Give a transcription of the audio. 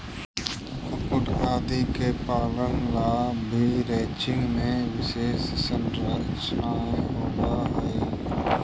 कुक्कुट आदि के पालन ला भी रैंचिंग में विशेष संरचनाएं होवअ हई